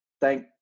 thank